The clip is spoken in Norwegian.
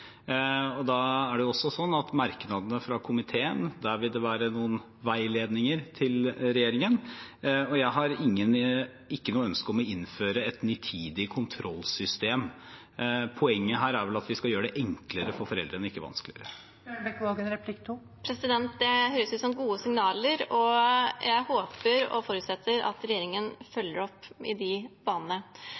Da er det også sånn at det i merknadene fra komiteen vil være noen veiledninger til regjeringen. Jeg har ikke noe ønske om å innføre et nitid kontrollsystem. Poenget her er vel at vi skal gjøre det enklere for foreldrene, ikke vanskeligere. Det høres ut som gode signaler. Jeg håper og forutsetter at regjeringen følger opp i de